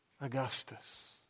Augustus